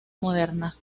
moderna